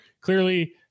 Clearly